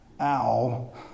ow